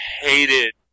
hated